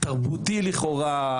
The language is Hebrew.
תרבותי לכאורה,